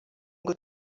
ngo